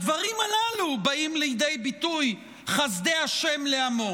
בדברים הללו באים לידי ביטוי חסדי השם לעמו.